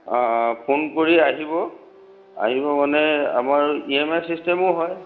অঁ অঁ ফোন কৰি আহিব আহিব মানে আমাৰ ই এম আই চিষ্টেমো হয়